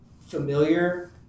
familiar